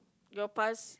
your past